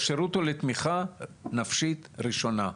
כי השירות הוא לתמיכה נפשית ראשונה.